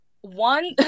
One